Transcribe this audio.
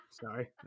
Sorry